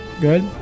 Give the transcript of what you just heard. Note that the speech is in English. Good